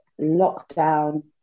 lockdown